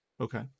okay